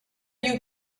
you